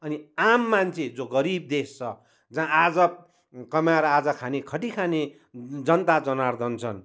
अनि आम मान्छे जो गरिब देश छ जहाँ आज कमाएर आज खाने खटिखाने जनता जनार्दन छन्